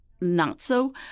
not-so –